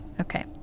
Okay